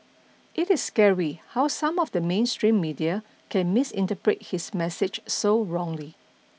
it is scary how some of the mainstream media can misinterpret his message so wrongly